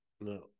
No